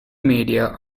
media